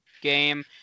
game